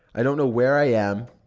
i don't know where i am,